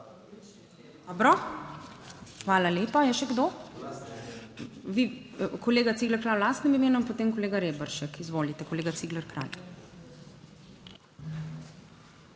Dobro, hvala lepa. Je še kdo? Vi, kolega Cigler Kralj v lastnem imenu in potem kolega Reberšek. Izvolite, kolega Cigler Kralj.